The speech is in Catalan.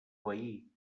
veí